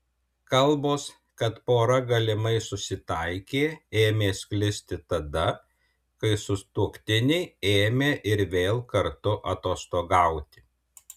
kalbos kad pora galimai susitaikė ėmė sklisti tada kai sutuoktiniai ėmė ir vėl kartu atostogauti